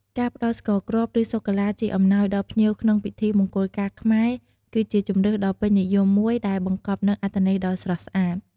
ការផ្តល់ស្ករគ្រាប់ ឬសូកូឡាជាអំណោយដល់ភ្ញៀវក្នុងពិធីមង្គលការខ្មែរ គឺជាជម្រើសដ៏ពេញនិយមមួយដែលបង្កប់នូវអត្ថន័យដ៏ស្រស់ស្អាត។